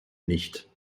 nicht